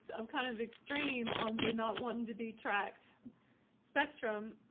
i'm kind of extreme on the not wanting to be tracked spectrum.